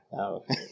okay